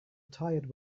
tired